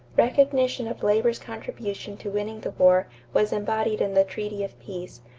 recognition of labor's contribution to winning the war was embodied in the treaty of peace,